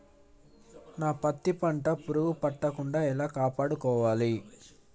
నా పత్తి పంట పురుగు పట్టకుండా ఎలా కాపాడుకోవాలి?